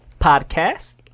podcast